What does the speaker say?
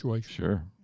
Sure